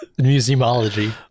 Museumology